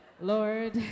Lord